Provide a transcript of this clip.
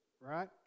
right